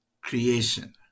creation